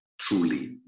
truly